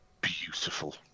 beautiful